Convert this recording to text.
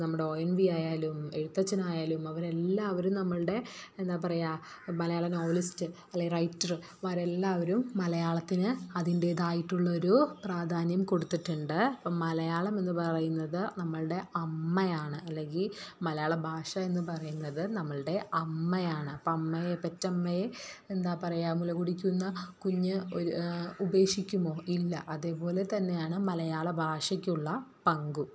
നമ്മുടെ O N വിയായാലും എഴുത്തച്ഛനായാലും അവരെല്ലാവരും നമ്മളുടെ എന്താ പറയാ മലയാളം നോവലിസ്റ്റ് അല്ലേ റൈറ്ററ് മാരെല്ലാവരും മലയാളത്തിന് അതിൻറ്റേതായിട്ടുള്ളൊരൂ പ്രാധാന്യം കൊടുത്തിട്ടുണ്ട് അപ്പം മലയാളം എന്ന് പറയുന്നത് നമ്മളുടെ അമ്മയാണ് അല്ലെങ്കിൽ മലയാളം ഭാഷ എന്ന് പറയുന്നത് നമ്മളുടെ അമ്മയാണ് അപ്പം അമ്മയേ പെറ്റമ്മയേ എന്താ പറയുക മുല കുടിക്കുന്ന കുഞ്ഞ് ഒരു ഉപേക്ഷിക്കുമോ ഇല്ല അതേപോലെ തന്നെയാണ് മലയാളഭാഷയ്ക്കുള്ള പങ്കും